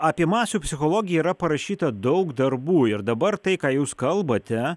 apie masių psichologiją yra parašyta daug darbų ir dabar tai ką jūs kalbate